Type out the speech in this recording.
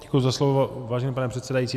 Děkuji za slovo, vážený pane předsedající.